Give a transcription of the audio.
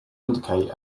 include